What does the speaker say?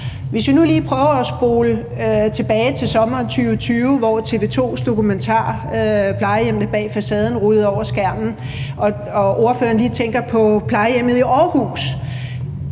Hvis vi nu lige prøver at spole tilbage til sommeren 2020, hvor TV 2's dokumentar »Plejehjemmene bag facaden« rullede over skærmen, og ordføreren lige tænker på plejehjemmet i Aarhus,